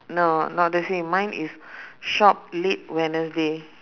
no not the same mine is shop late wednesday